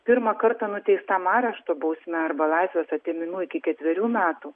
pirmą kartą nuteistam arešto bausme arba laisvės atėmimu iki ketverių metų